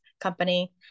company